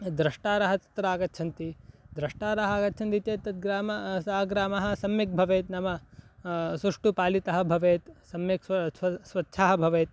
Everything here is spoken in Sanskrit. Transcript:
द्रष्टारः तत्र आगच्छन्ति द्रष्टारः आगच्छन्ति चेत् तद्ग्रामः सः ग्रामः सम्यक् भवेत् नाम सुष्टुपालितः भवेत् सम्यक् स्व स्व स्वच्छाः भवेत्